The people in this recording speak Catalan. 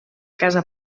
casa